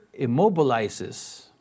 immobilizes